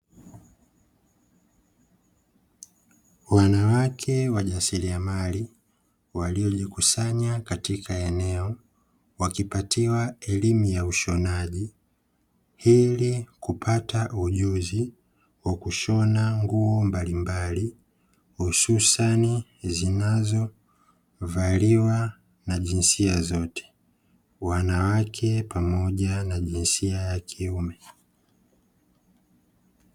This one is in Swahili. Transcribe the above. Wanawake wajasiriamali waliojikusanya katika eneo; wakipatiwa elimu ya ushonaji, ili kupata ujuzi wa kushona nguo mbalimbali hususani zinazovaliwa na jinsia zote, wanawake pamoja na jinsia ya kiume.